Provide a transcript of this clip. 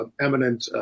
eminent